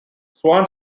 swan